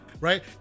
right